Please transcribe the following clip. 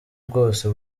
bwose